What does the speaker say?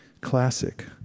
classic